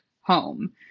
home